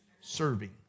Serving